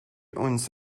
ounce